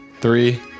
three